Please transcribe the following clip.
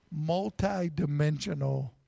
multidimensional